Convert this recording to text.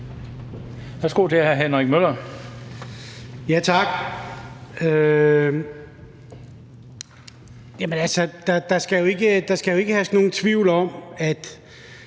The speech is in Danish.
Der skal jo ikke herske nogen tvivl om, at